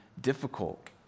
difficult